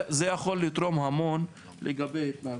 זה יכול לתרום המון לגבי ההתנהגות.